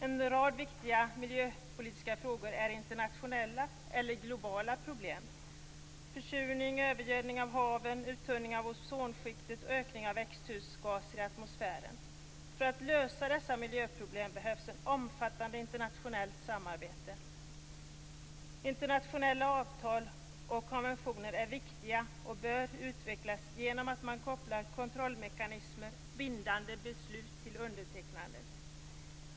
En rad viktiga miljöpolitiska frågor handlar om internationella eller globala problem, t.ex. försurningen, övergödningen av haven, uttunningen av ozonskiktet och ökningen av växthusgaser i atmosfären. För att lösa dessa miljöproblem behövs ett omfattande internationellt samarbete. Internationella avtal och konventioner är viktiga och bör utvecklas genom att man kopplar kontrollmekanismer och bindande beslut till undertecknandet.